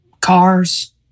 cars